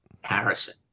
Harrison